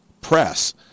press